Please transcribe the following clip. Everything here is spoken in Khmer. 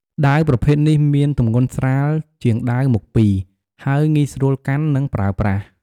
ដាវប្រភេទនេះមានទម្ងន់ស្រាលជាងដាវមុខពីរ ហើយងាយស្រួលកាន់ និងប្រើប្រាស់។